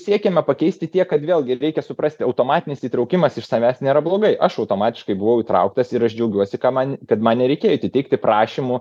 siekiame pakeisti tiek kad vėlgi reikia suprasti automatinis įtraukimas iš savęs nėra blogai aš automatiškai buvau įtrauktas ir aš džiaugiuosi ką man kad man nereikėjo eiti teikti prašymų